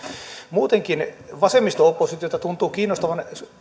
muutenkin vasemmisto oppositiota tuntuu kiinnostavan